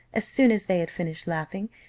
as soon as they had finished laughing,